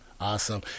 Awesome